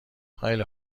خیلی